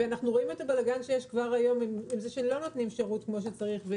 אנחנו רואים את הבלגן כבר היום שלא נותנים שירות כמו שצריך.